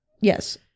Yes